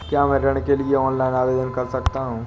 क्या मैं ऋण के लिए ऑनलाइन आवेदन कर सकता हूँ?